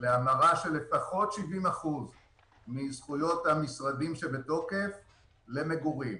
להמרה של לפחות 70% מזכויות המשרדים שבתוקף למגורים.